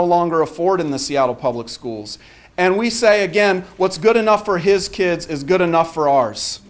no longer afford in the seattle public schools and we say again what's good enough for his kids is good enough for ours